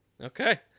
Okay